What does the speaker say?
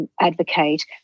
advocate